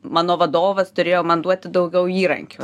mano vadovas turėjo man duoti daugiau įrankių